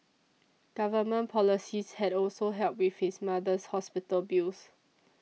government policies had also helped with his mother's hospital bills